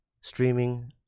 streaming